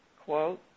quote